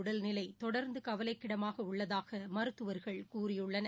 உடல்நிலைதொடர்ந்துகவலைக்கிடமாகஉள்ளதாகமருத்துவர்கள் கூறியுள்ளனர்